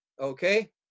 Okay